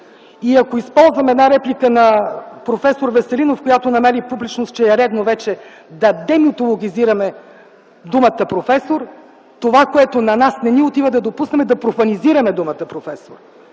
Ще използвам една реплика на проф. Веселинов, която намери публичност, че вече е редно да демитологизираме думата „професор”. Това, което на нас не ни отива да допуснем, е да профанизираме думата „професор”.